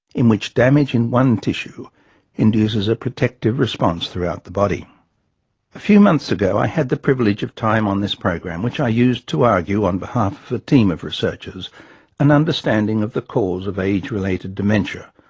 in which damage in one tissue induces a protective response throughout the body. a few months ago, i had the privilege of time on this program, which i used to argue on behalf of a team of researchers an understanding of the cause of age-related dementia,